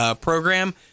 program